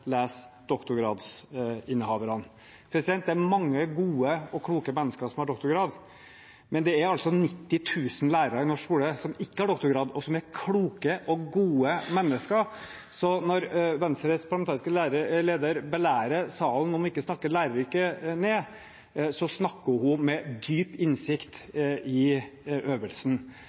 les: doktorgradsinnehaverne. Det er mange gode og kloke mennesker som har doktorgrad, men det er altså 90 000 lærere i norsk skole som ikke har doktorgrad, og som er kloke og gode mennesker. Når Venstres parlamentariske leder belærer salen om ikke å snakke læreryrket ned, snakker hun med dyp innsikt i øvelsen.